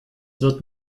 wird